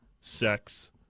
sex